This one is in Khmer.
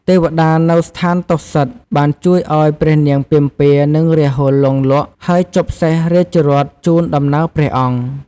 ទេវតានៅស្ថានតុសិតបានជួយឲ្យព្រះនាងពិម្ពា និងរាហុល លង់លក់ ហើយជប់សេះរាជរដ្ឋជូនដំណើរព្រះអង្គ។